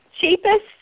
cheapest